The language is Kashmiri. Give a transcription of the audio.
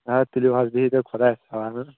آ تُلِو حظ بِہو تیٚلہِ خۄدایَس حَوالہٕ ہہ